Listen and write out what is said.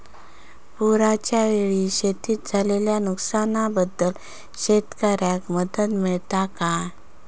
पुराच्यायेळी शेतीत झालेल्या नुकसनाबद्दल शेतकऱ्यांका मदत मिळता काय?